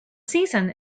season